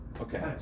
Okay